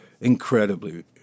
incredibly